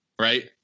right